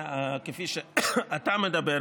כפי שאתה מדבר,